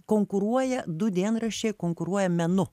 konkuruoja du dienraščiai konkuruoja menu